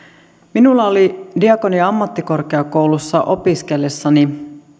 minulla oli diakonia ammattikorkeakoulussa opiskellessani